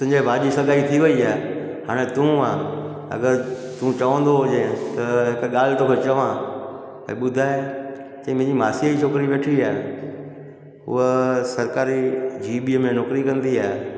तुंहिंजे भाउ जी सगाई थी वई आहे हाणे तूं आहे अगरि तूं चवंदो हुजे त हिकु ॻाल्हि तोखे चवां भई ॿुधाए चई मुंहिंजी मासीअ जी छोकिरी वेठी आहे उहा सरकारी जीबीअ में नौकरी कंदी आहे